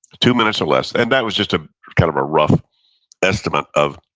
two minutes or less, and that was just ah kind of a rough estimate of,